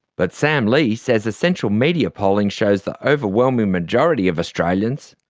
but sam lee says essential media polling shows the overwhelming majority of australians,